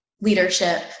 leadership